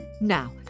Now